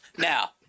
Now